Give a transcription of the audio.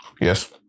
Yes